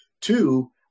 Two